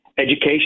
Education